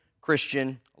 Christian